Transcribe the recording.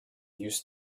used